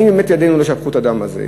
האם באמת ידינו לא שפכו את הדם הזה.